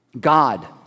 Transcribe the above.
God